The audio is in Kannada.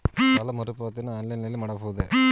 ಸಾಲ ಮರುಪಾವತಿಯನ್ನು ಆನ್ಲೈನ್ ನಲ್ಲಿ ಮಾಡಬಹುದೇ?